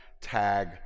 tag